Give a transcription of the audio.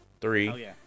three